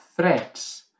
threats